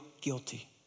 guilty